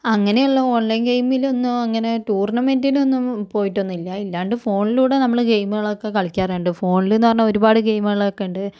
അങ്ങനെയുള്ള ഓൺലൈൻ ഗെയിമിലൊന്നും അങ്ങനെ ടൂർണ്ണമെൻറ്റിനൊന്നും പോയിട്ടൊന്നുമില്ല ഇല്ലാണ്ട് ഫോണിലൂടെ നമ്മള് ഗെയിംമ്കളൊക്കെ കളിക്കാറുണ്ട് ഫോണിലെന്ന് പറഞ്ഞാൽ ഒരുപാട് ഗെയിംമുകളൊക്കെയുണ്ട്